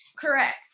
Correct